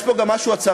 יש פה גם משהו הצהרתי.